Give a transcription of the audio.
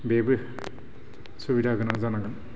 बेबो सुबिदा गोनां जानांगोन